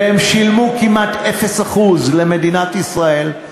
והם שילמו כמעט 0% למדינת ישראל,